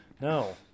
No